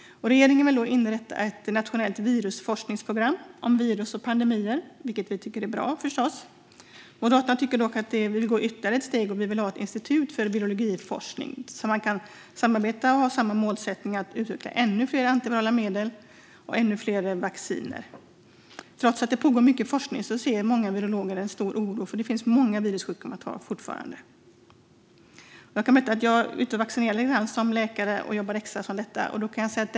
Regeringen vill inrätta ett nationellt forskningsprogram om virus och pandemier, vilket vi förstås tycker är bra. Moderaterna vill dock gå ytterligare ett steg och vill inrätta ett institut för biologiforskning. Då går det att samarbeta och ha samma mål att utveckla ännu fler antivirala medel och ännu fler vacciner. Trots att det pågår mycket forskning är många virologer oroliga eftersom det finns många virussjukdomar. Jag kan berätta att jag jobbar extra som läkare och är ute och vaccinerar.